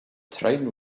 train